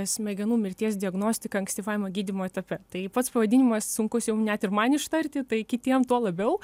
smegenų mirties diagnostika ankstyvajame gydymo etape tai pats pavadinimas sunkus jau net ir man ištarti tai kitiem tuo labiau